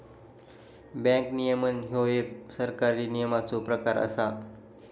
bank नियमन ह्यो एक सरकारी नियमनाचो प्रकार असा